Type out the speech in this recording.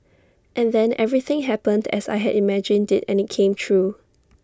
and then everything happened as I had imagined IT and IT came true